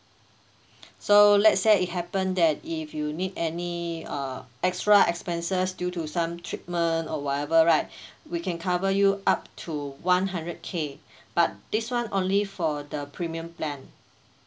so let's say it happen that if you need any uh extra expenses due to some treatment or whatever right we can cover you up to one hundred K but this [one] only for the premium plan